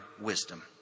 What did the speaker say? wisdom